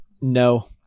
No